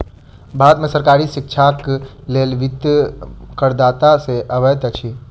भारत में सरकारी शिक्षाक लेल वित्त करदाता से अबैत अछि